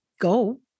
go